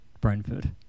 Brentford